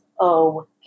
okay